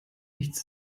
nichts